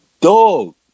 dog